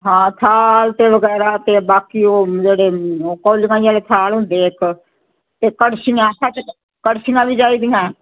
ਹਾਂ ਥਾਲ ਅਤੇ ਵਗੈਰਾ ਅਤੇ ਬਾਕੀ ਉਹ ਜਿਹੜੇ ਕੋਲੀਆਂ ਜਿਹੇ ਥਾਲ ਹੁੰਦੇ ਇੱਕ ਤਾਂ ਕੜਛੀਆਂ ਸੱਚ ਕੜਛੀਆਂ ਵੀ ਚਾਹੀਦੀਆਂ